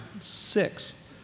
six